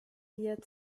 wir